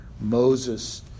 Moses